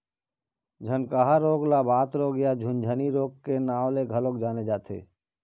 झनकहा रोग ल बात रोग या झुनझनी रोग के नांव ले घलोक जाने जाथे